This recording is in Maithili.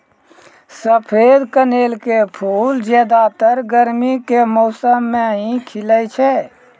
सफेद कनेल के फूल ज्यादातर गर्मी के मौसम मॅ ही खिलै छै